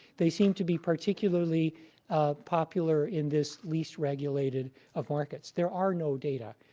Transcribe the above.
they seem to be particularly popular in this least regulated of markets. there are no data.